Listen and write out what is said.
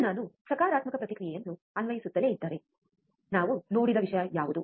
ಈಗ ನಾನು ಸಕಾರಾತ್ಮಕ ಪ್ರತಿಕ್ರಿಯೆಯನ್ನು ಅನ್ವಯಿಸುತ್ತಲೇ ಇದ್ದರೆ ನಾವು ನೋಡಿದ ವಿಷಯ ಯಾವುದು